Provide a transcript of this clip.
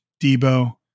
Debo